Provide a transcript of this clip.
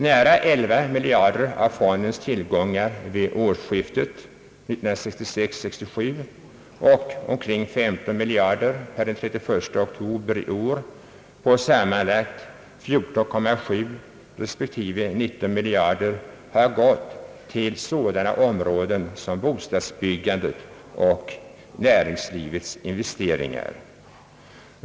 Nära 11 miljarder av fondens tillgångar vid årsskiftet 1966/67 och omkring 15 miljarder per den 31 oktober i år, på de sammanlagda tillgångarna av 14,7 respektive 19 miljarder, har gått till sådana områden som bostadsbyggande och näringslivets investeringar.